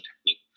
technique